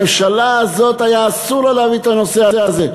הממשלה הזו, היה אסור לה להביא את הנושא הזה.